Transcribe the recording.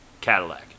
Cadillac